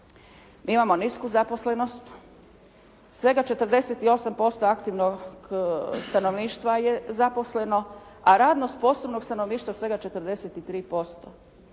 Mi imamo nisku zaposlenost. Svega 48% aktivnog stanovništva je zaposleno a radno sposobnog stanovništva svega 43%.